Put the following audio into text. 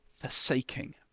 Forsaking